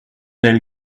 elle